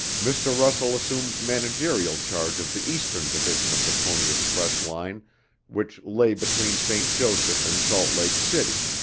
mr. russell assumed managerial charge of the eastern division of the pony express line which lay between st. joseph and salt lake city.